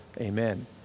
Amen